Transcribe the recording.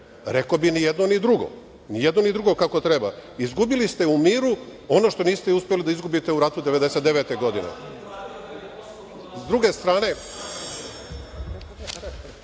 Rekao bih – ni jedno, ni drugo. Ni jedno, ni drugo kako treba. Izgubili ste u miru ono što niste uspeli da izgubite u ratu 1999. godine.S druge strane,